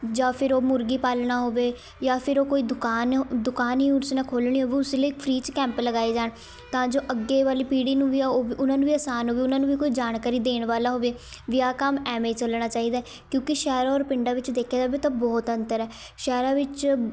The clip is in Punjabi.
ਜਾਂ ਫਿਰ ਉਹ ਮੁਰਗੀ ਪਾਲਣਾ ਹੋਵੇ ਜਾਂ ਫਿਰ ਉਹ ਕੋਈ ਦੁਕਾਨ ਦੁਕਾਨ ਹੀ ਉਸ ਨੇ ਖੋਲ੍ਹਣੀ ਹੋਵੇ ਉਸ ਲਈ ਫ੍ਰੀ 'ਚ ਕੈਂਪ ਲਗਾਏ ਜਾਣ ਤਾਂ ਜੋ ਅੱਗੇ ਵਾਲੀ ਪੀੜ੍ਹੀ ਨੂੰ ਵੀ ਆ ਉਹ ਉਹਨਾਂ ਨੂੰ ਵੀ ਅਸਾਨ ਹੋਵੇ ਉਹਨਾਂ ਨੂੰ ਵੀ ਕੋਈ ਜਾਣਕਾਰੀ ਦੇਣ ਵਾਲਾ ਹੋਵੇ ਵੀ ਆਹ ਕੰਮ ਐਵੇਂ ਚੱਲਣਾ ਚਾਹੀਦਾ ਕਿਉਂਕਿ ਸ਼ਹਿਰ ਔਰ ਪਿੰਡਾਂ ਵਿੱਚ ਦੇਖਿਆ ਜਾਵੇ ਤਾਂ ਬਹੁਤ ਅੰਤਰ ਹੈ ਸ਼ਹਿਰਾਂ ਵਿੱਚ